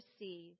receive